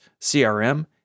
CRM